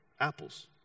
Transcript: apples